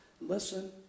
Listen